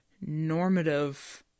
normative